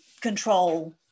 control